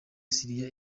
syria